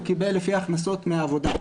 הוא קיבל לפי הכנסות מהעבודה.